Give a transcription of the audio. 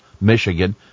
Michigan